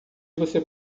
você